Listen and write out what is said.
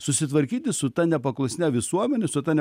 susitvarkyti su ta nepaklusnia visuomene su ta ne